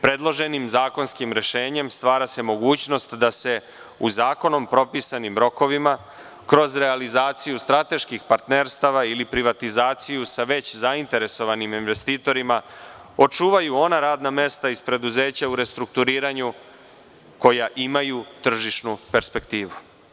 Predloženim zakonskim rešenjem stvara se mogućnost da se u zakonom propisanim rokovima kroz realizaciju strateških partnerstava ili privatizaciju sa već zainteresovanim investitorima očuvaju ona radna mesta iz preduzeća u restrukturiranju koja imaju tržišnu perspektivu.